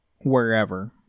wherever